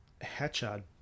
Hatchard